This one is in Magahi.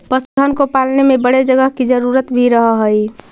पशुधन को पालने में बड़े जगह की जरूरत भी रहअ हई